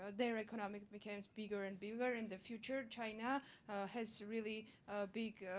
their economy becomes bigger and bigger in the future? china has really big,